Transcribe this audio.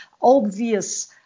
obvious